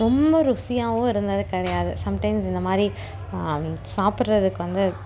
ரொம்ப ருசியாகவும் இருந்தது கிடையாது சம்டைம்ஸ் இந்த மாதிரி சாப்பிட்றதுக்கு வந்து